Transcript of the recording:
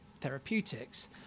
therapeutics